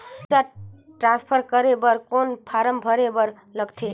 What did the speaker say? पईसा ट्रांसफर करे बर कौन फारम भरे बर लगथे?